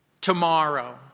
tomorrow